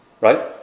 Right